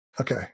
Okay